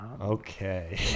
Okay